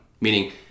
Meaning